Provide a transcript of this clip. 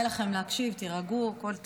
לא יוצא עשר שנים, לא מרים את הראש, חצוף.